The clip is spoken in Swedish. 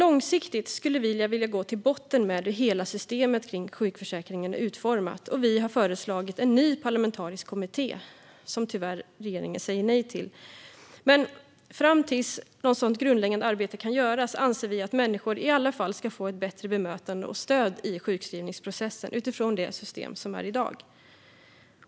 Långsiktigt skulle vi vilja gå till botten med hur hela systemet kring sjukförsäkringen är utformat. Vi har föreslagit en ny parlamentarisk kommitté, som regeringen tyvärr säger nej till. Men fram till dess att något sådant grundläggande arbete har gjorts anser vi att människor i alla fall ska få ett bättre bemötande och stöd i sjukskrivningsprocessen i det system som är i dag.